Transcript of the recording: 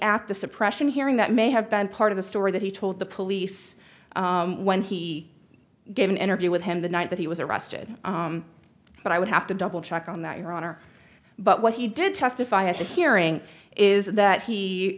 at the suppression hearing that may have been part of the story that he told the police when he gave an interview with him the night that he was arrested but i would have to double check on that your honor but what he did testify as a hearing is that he